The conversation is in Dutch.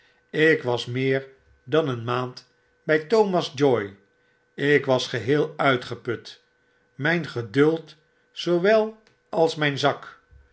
ik was meer dan een maand by thomas joy ik was geheel uitgeput myn geduld zoowel als mijn zak